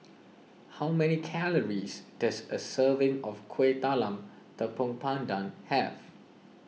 how many calories does a serving of Kueh Talam Tepong Pandan have